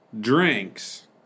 Drinks